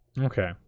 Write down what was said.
Okay